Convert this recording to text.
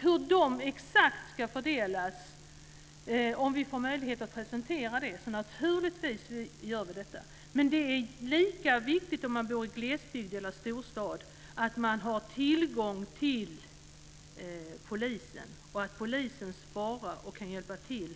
Om vi får möjlighet att presentera hur de medlen exakt ska fördelas, ska vi naturligtvis göra det, men det är lika viktigt oavsett om man bor i glesbygd eller i storstad att man har tillgång till polis och att polisen svarar och kan gripa in om man utsätts för fara.